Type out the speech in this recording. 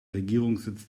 regierungssitz